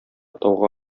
тауга